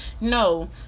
no